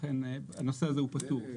לכן הנושא הזה הוא פתור.